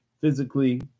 physically